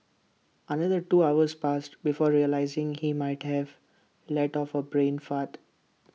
another two hours passed before realising he might have let off A brain fart